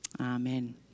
amen